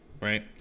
right